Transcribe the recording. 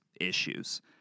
issues